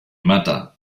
mata